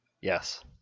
Yes